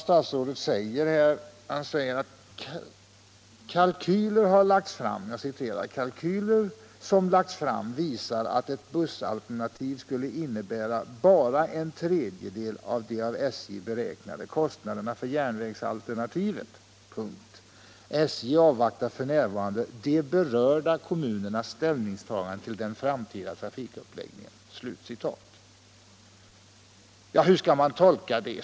Statsrådet säger: ”Kalkyler som lagts fram visar att ett bussalternativ skulle innebära bara en tredjedel av de av SJ beräknade kostnaderna för järnvägsalternativet. SJ avvaktar f. n. de berörda kommunernas ställningstagande till den framtida trafikuppläggningen.” Hur skall man tolka det?